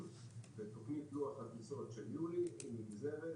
לוחות הזמנים בתוכנית לוח הטיסות של יולי הן נגזרת